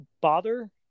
bother